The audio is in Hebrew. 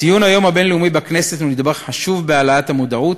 ציון היום הבין-לאומי בכנסת הוא נדבך חשוב בהעלאת המודעות,